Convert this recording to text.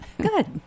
Good